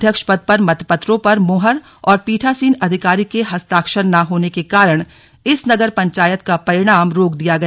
अध्यक्ष पद पर मत पत्रों पर मुहर और पीठासीन अधिकारी के हस्ताक्षर न होने के कारण इस नगर पंचायत का परिणाम रोक दिया गया